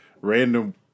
random